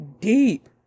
deep